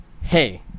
hey